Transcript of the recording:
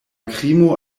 krimo